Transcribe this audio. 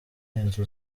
inzu